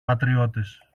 πατριώτες